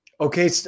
Okay